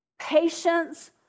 patience